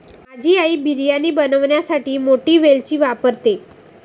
माझी आई बिर्याणी बनवण्यासाठी मोठी वेलची वापरते